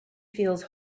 feels